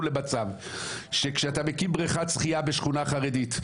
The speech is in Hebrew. למצב שכשאתה מקים בריכת שחייה בשכונה חרדית,